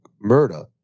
murder